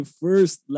first